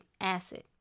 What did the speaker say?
acid